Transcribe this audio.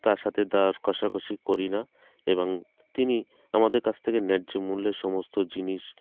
তার সাথে দর কষাকষি করি না এবং তিনি আমাদের কাছ থেকে ন্যায্য মূল্যে সমস্ত জিনিস